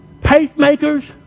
pacemakers